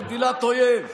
למדינת אויב.